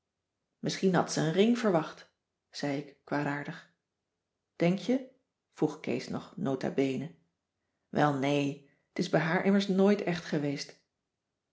misschien had ze een ring verwacht zei ik kwaadaardig denk je vroeg kees nog nota bene welnee t is bij haar immers nooit echt geweest